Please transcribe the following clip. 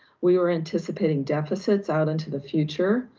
we were anticipating deficits out into the future.